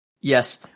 yes